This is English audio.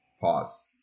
Pause